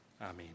Amen